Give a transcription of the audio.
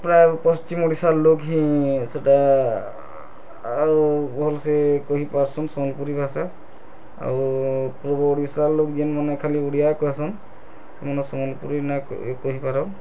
ପ୍ରାଏ ପଶ୍ଚିମ୍ ଓଡ଼ିଶାର୍ ଲୋଗ୍ ହିଁ ସେଟା ଆଉ ଭଲସେ କହି ପାରୁସନ୍ ସମ୍ବଲପୁରୀ ଭାଷା ଆଉ ପୂର୍ବ ଓଡ଼ିଶାର୍ ଲୋଗ୍ ଜେନ୍ମାନେ ଖାଲି ଓଡ଼ିଆ କହେସନ୍ ସେମାନେ ସମ୍ବଲପୁରୀ ନାଇଁ କହିବେ କହିପାରନ୍